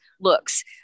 looks